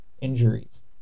injuries